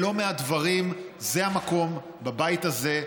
בלא מעט דברים זה המקום, הבית הזה,